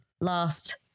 last